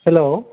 hello